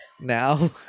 now